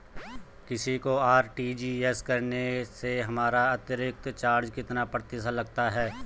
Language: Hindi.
किसी को आर.टी.जी.एस करने से हमारा अतिरिक्त चार्ज कितने प्रतिशत लगता है?